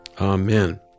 Amen